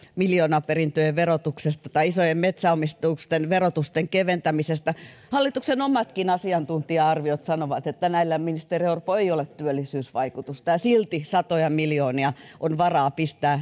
miljoonaperintöjen verotuksesta tai isojen metsäomistusten verotuksen keventämisestä hallituksen omatkin asiantuntija arviot sanovat että näillä ministeri orpo ei ole työllisyysvaikutusta silti satoja miljoonia on varaa pistää